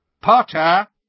Potter